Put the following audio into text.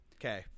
Okay